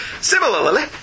Similarly